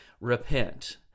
repent